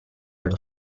allo